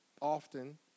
often